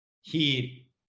heat